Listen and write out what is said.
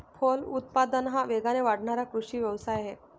फलोत्पादन हा वेगाने वाढणारा कृषी व्यवसाय आहे